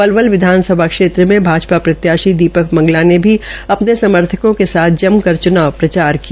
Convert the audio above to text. पलवल विधान सभा क्षेत्र से भाजपा प्रत्याशी दीपक मंगला ने भी अपने समर्थकों के साथ जमकर चुनाव प्रचार किया